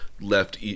left